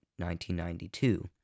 1992